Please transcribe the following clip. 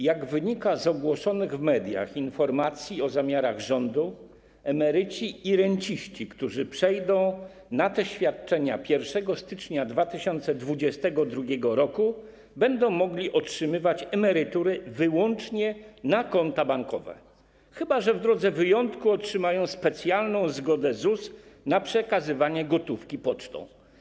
Jak wynika z przedstawionych w mediach informacji o zamiarach rządu, emeryci i renciści, którzy przejdą na te świadczenia 1 stycznia 2022 r., będą mogli otrzymywać emerytury wyłącznie na konta bankowe, chyba że w drodze wyjątku otrzymają specjalną zgodę ZUS na przekazywanie gotówki pocztą.